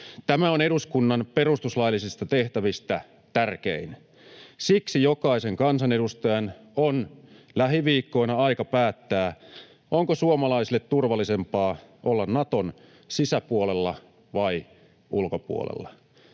Tämä on eduskunnan perustuslaillisista tehtävistä tärkein. Siksi jokaisen kansanedustajan on lähiviikkoina aika päättää, onko suomalaisille turvallisempaa olla Naton sisäpuolella vai ulkopuolella.